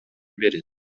берет